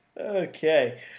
Okay